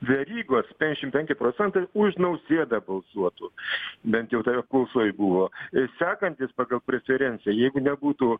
verygos penkiasdešim penki procentai už nausėdą balsuotų bent jau toj apklausoj buvo sekantis pagal preferenciją jeigu nebūtų